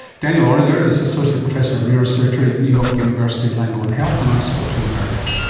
daniel orringer is associate professor of neurosurgery at new york university langone health and i spoke to him earlier.